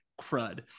crud